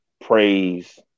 praise